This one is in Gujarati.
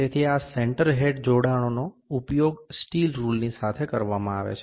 તેથી આ સેન્ટર હેડ જોડાણનો ઉપયોગ સ્ટીલ રુલની સાથે કરવામાં આવે છે